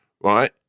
right